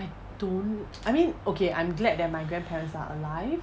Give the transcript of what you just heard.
I don't I mean okay I'm glad that my grandparents are alive